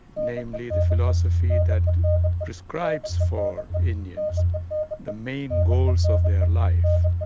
namely the philosophy that proscribes for indians the main goals of their life,